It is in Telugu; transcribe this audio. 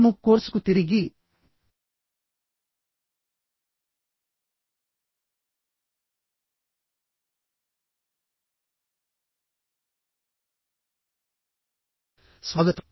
మూక్ కోర్సుకు తిరిగి స్వాగతం